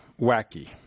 wacky